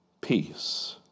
peace